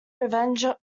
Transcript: revenge